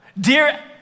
dear